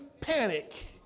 panic